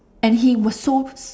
and he was so